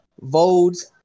votes